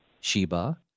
Sheba